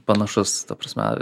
panašus ta prasme